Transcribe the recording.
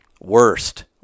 worst